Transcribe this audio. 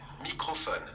Microphone